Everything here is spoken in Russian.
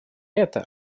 это